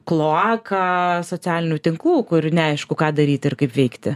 kloaką socialinių tinklų kur neaišku ką daryt ir kaip veikti